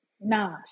nah